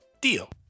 Deal